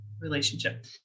relationship